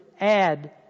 add